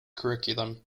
curriculum